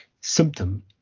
symptom